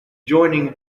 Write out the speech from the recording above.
joining